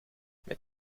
met